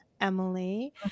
emily